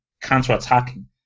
counter-attacking